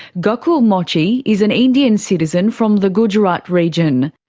gokul mochi is an indian citizen from the gujarat region.